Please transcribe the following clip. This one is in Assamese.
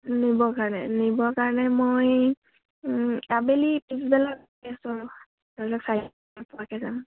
নিব কাৰণে নিব কাৰণে মই আবেলি পিছবেলা পোৱাকৈ যাম